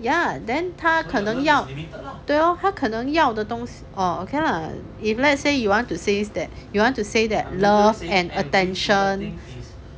ya then 他可能要对咯他可能要的东 s~ orh okay lah if let's say you want to says that you want to say that love and attention